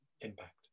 impact